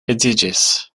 edziĝis